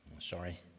Sorry